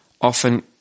often